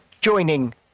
joining